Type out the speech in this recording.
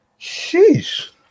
Sheesh